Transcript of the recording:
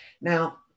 Now